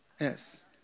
Yes